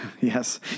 Yes